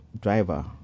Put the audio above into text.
driver